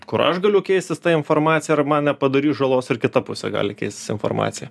kur aš galiu keistis ta informacija ar man nepadarys žalos ar kita pusė gali keistis informacija